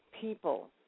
people